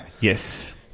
Yes